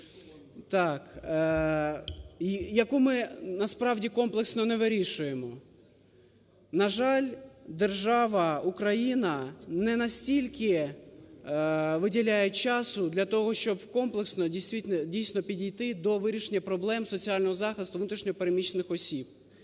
яку ми насправді комплексно не вирішуємо. На жаль, держава Україна не настільки виділяє часу для того, щоб комплексно, дійсно, підійти до вирішення проблем соціального захисту внутрішньо переміщених осіб.